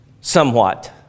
somewhat